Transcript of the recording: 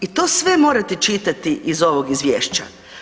I to sve morate čitati iz ovog izvješća.